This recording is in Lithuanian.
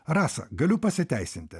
rasa galiu pasiteisinti